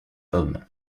homme